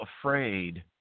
afraid